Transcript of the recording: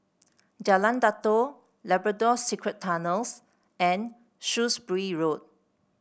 Jalan Datoh Labrador Secret Tunnels and Shrewsbury Road